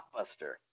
blockbuster